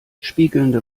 spiegelnde